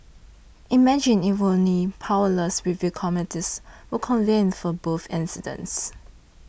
imagine if only powerless review committees were convened for both incidents